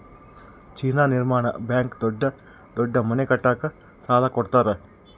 China ನಿರ್ಮಾಣ bank ದೊಡ್ಡ ದೊಡ್ಡ ಮನೆ ಕಟ್ಟಕ ಸಾಲ ಕೋಡತರಾ